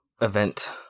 event